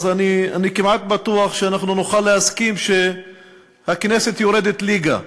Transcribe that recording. אז אני כמעט בטוח שאנחנו נוכל להסכים שהכנסת יורדת ליגה,